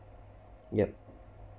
yup